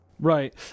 Right